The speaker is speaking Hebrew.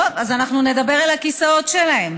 טוב, אז אנחנו נדבר אל הכיסאות שלהם.